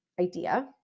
idea